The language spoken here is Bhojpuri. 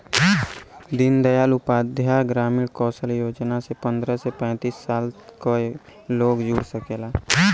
दीन दयाल उपाध्याय ग्रामीण कौशल योजना से पंद्रह से पैतींस साल क लोग जुड़ सकला